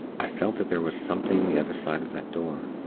i felt that there was something the other side of that door.